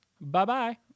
Bye-bye